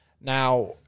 Now